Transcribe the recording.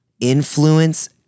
influence